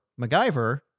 MacGyver